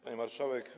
Pani Marszałek!